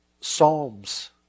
psalms